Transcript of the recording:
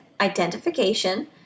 identification